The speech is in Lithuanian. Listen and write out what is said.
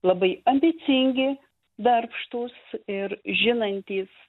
labai ambicingi darbštūs ir žinantys